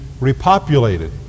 repopulated